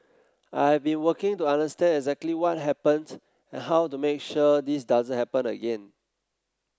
I've been working to understand exactly what happened and how to make sure this doesn't happen again